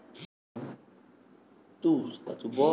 ছোট ছোট সংস্থা বা লোকের যে ইকোনোমিক্স পড়াশুনা করা হয়